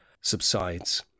subsides